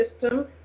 system